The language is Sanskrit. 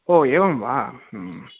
ओ एवं वा ह्म्